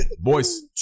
Boys